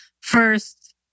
first